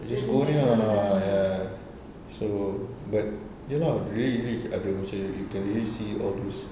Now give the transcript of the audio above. ya so but ya lah really really you can really see all those